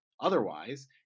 Otherwise